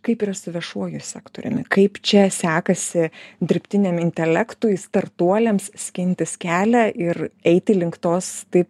kaip yra su viešuoju sektoriumi kaip čia sekasi dirbtiniam intelektui startuoliams skintis kelią ir eiti link tos tai